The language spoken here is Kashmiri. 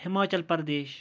ہِماچَل پَردیش